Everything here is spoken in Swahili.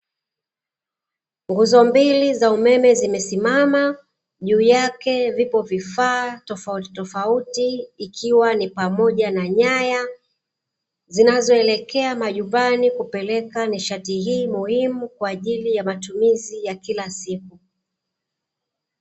Nguzo mbili za umeme zimesimama, juu yake vipo vifaa tofautitofauti, ikiwa ni pamoja na nyaya, zinazoelekea majumbani kupeleka nishati hii muhimu kwa ajili ya matumizi ya kila siku.